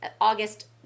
august